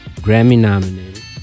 Grammy-nominated